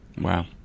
wow